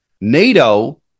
nato